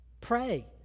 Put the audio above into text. Pray